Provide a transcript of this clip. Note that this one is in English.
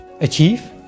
achieve